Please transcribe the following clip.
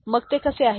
मग ते कसे आहे